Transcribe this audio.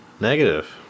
Negative